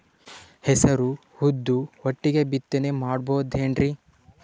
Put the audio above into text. ಹೆಸರು ಉದ್ದು ಒಟ್ಟಿಗೆ ಬಿತ್ತನೆ ಮಾಡಬೋದೇನ್ರಿ?